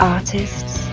Artists